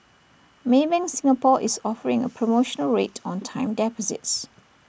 maybank Singapore is offering A promotional rate on time deposits